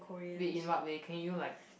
wait in what way can you like